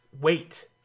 wait